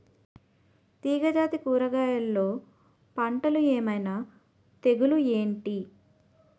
తీగ జాతి కూరగయల్లో పంటలు ఏమైన తెగులు ఏంటి?